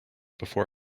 before